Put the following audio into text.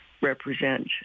represent